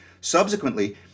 Subsequently